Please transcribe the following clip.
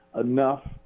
enough